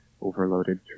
overloaded